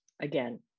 again